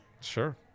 Sure